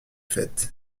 faite